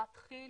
חברת כיל,